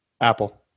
Apple